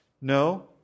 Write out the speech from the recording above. No